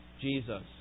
Jesus